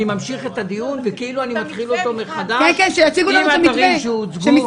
אני אמשיך את הדיון כאילו אני מתחיל אותו מחדש עם הדברים שיוצגו.